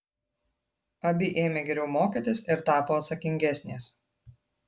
abi ėmė geriau mokytis ir tapo atsakingesnės